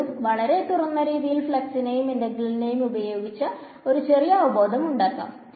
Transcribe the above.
വീണ്ടും വളരെ തുറന്ന രീതിയിൽ ഫ്ലക്സി നെയും ഇന്റഗ്രലിനെയും ഉപയോഗിച്ച ഒരു ചെറിയ അവബോധം ഉണ്ടാക്കാം